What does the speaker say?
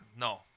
No